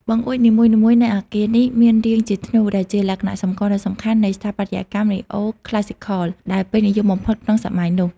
បង្អួចនីមួយៗនៃអគារនេះមានរាងជាធ្នូ ដែលជាលក្ខណៈសម្គាល់ដ៏សំខាន់នៃស្ថាបត្យកម្មបែប "Neo-Classical" ដែលពេញនិយមបំផុតក្នុងសម័យនោះ។